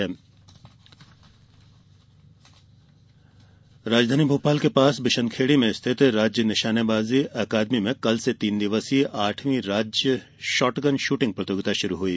निशानेबाजी राजधानी भोपाल के पास बिशनखेड़ी में स्थित राज्य निशानेबाजी अकादमी में कल से तीन दिवसीय आठवीं राज्य शॉटगन शूटिंग प्रतियोगिता शूरू हुई